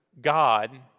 God